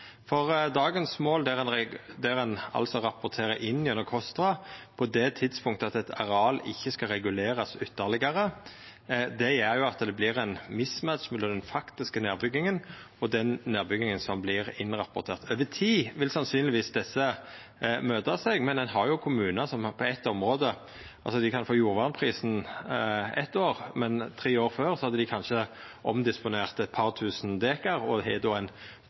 Dagens mål rapporterer ein inn gjennom KOSTRA på det tidspunktet eit areal ikkje skal regulerast ytterlegare, og dette gjer at det blir ein mismatch mellom den faktiske nedbygginga og nedbygginga som vert innrapportert. Over tid vil sannsynlegvis desse møtast, men ein har jo kommunar som kan få jordvernprisen eitt år, men tre år før hadde dei kanskje omdisponert eit par tusen dekar og har då ein